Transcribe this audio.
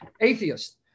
atheist